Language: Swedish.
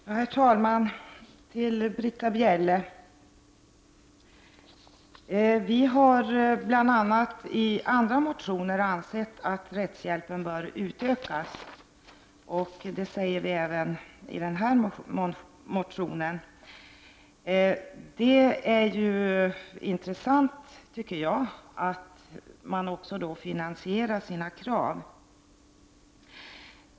Herr talman! Till Britta Bjelle vill jag säga att vi i flera motioner har ansett att rättshjälpen bör utökas, och det säger vi även i den motion som ligger till grund för reservation 1. Det är ju intressant, tycker jag, att man också finansierat sina krav.